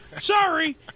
Sorry